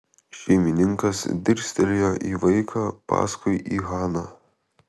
šeimininkas dirstelėjo į vaiką paskui į haną